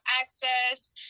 access